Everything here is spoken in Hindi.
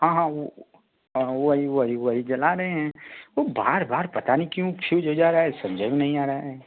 हाँ हाँ वो हाँ हाँ वही वही वही जला रहे हैं वो बार बार पता नहीं क्यों फ्यूज हो जा रहा है समझै में नहीं आ रहा है